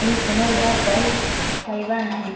ପୁନର୍ବାର୍ ପାଇ ପାଇବା ନାହିଁ